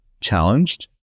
challenged